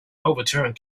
overturned